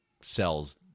sells –